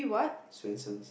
Swensens